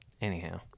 anyhow